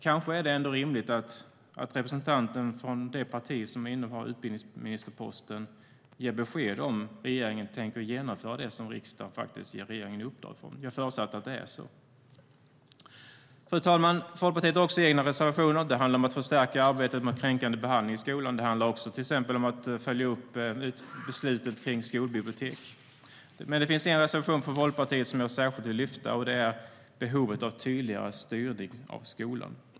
Kanske är det ändå rimligt att representanten från det parti som innehar utbildningsministerposten ger besked om regeringen tänker genomföra det som riksdagen ger regeringen i uppdrag. Jag förutsätter att det är så. Fru talman! Folkpartiet har också egna reservationer. Det handlar om att förstärka arbetet mot kränkande behandling i skolan. Det handlar också om att till exempel följa upp beslutet om skolbibliotek. Det finns en reservation från Folkpartiet som jag särskilt vill lyfta fram. Det är behovet av tydligare styrning av skolan.